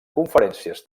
conferències